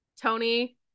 Tony